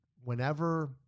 whenever